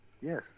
Yes